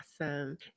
awesome